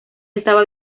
estaba